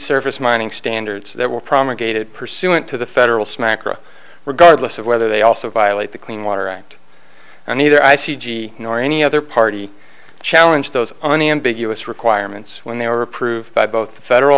surface mining standards that were promulgated pursuant to the federal smacker regardless of whether they also violate the clean water act and neither i c g nor any other party challenge those unambiguous requirements when they were approved by both the federal